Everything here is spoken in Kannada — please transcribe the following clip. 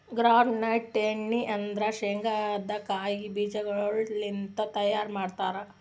ಗ್ರೌಂಡ್ ನಟ್ ಎಣ್ಣಿ ಅಂದುರ್ ಶೇಂಗದ್ ಕಾಯಿ ಬೀಜಗೊಳ್ ಲಿಂತ್ ತೈಯಾರ್ ಮಾಡ್ತಾರ್